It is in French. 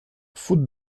faute